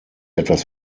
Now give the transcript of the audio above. etwas